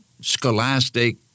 scholastic